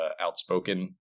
outspoken